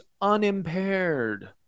unimpaired